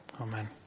Amen